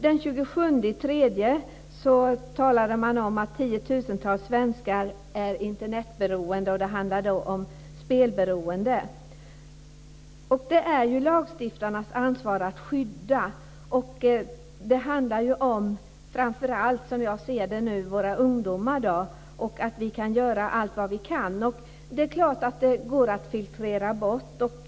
Den 27 mars talade man om att tiotusentals svenskar är Internetberoende. Det handlar då om spelberoende. Det är lagstiftarens ansvar att skydda. Det handlar som jag ser det framför allt om våra ungdomar och att vi ska göra allt vad vi kan. Det är klart att det går att filtrera bort.